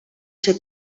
ser